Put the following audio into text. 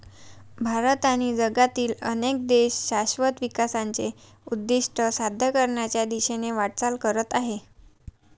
भारत आणि जगातील अनेक देश शाश्वत विकासाचे उद्दिष्ट साध्य करण्याच्या दिशेने वाटचाल करत आहेत